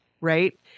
Right